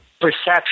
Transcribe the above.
perception